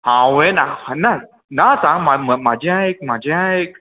हांवें ना ना ना सांग म्हाजें आयक म्हाजें आयक